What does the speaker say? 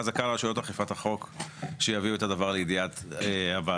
חזקה על רשויות אכיפת החוק שיביאו את הדבר לידיעת הוועדה.